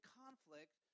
conflict